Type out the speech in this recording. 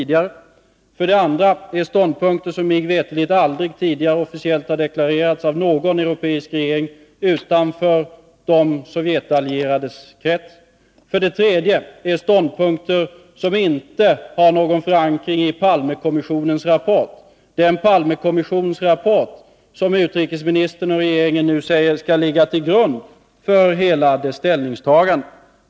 Det är för det andra ståndpunkter som mig veterligt aldrig tidigare officiellt har deklarerats av någon europeisk regering utanför de sovjetallierades krets. De är för det tredje ståndpunkter som inte har någon förankring i Palmekommissionens rapport, som utrikesministern och regeringen nu säger skall ligga till grund för hela det ställningstagandet.